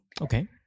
Okay